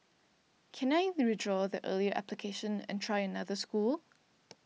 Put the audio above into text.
can I withdraw the earlier application and try another school